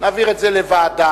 להעביר את זה לוועדה,